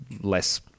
less